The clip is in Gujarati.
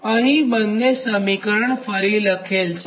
તોઅહીં બંને સમીકરણ ફરી લખેલ છે